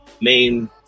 main